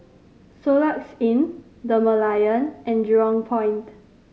Soluxe Inn The Merlion and Jurong Point